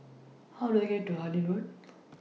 How Do I get to Harlyn Road